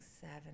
seven